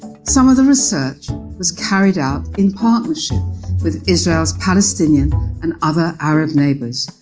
some of the research was carried out in partnership with israel's palestinian and other arab neighbours,